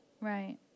Right